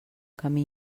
camí